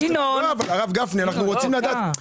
הרב גפני, אנחנו רוצים לדעת.